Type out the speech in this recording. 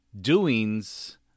doings